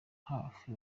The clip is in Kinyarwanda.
hafi